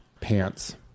pants